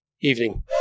Evening